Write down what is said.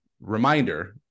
reminder